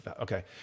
Okay